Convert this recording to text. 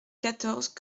quatorze